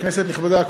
כנסת נכבדה,